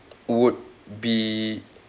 would be